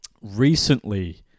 recently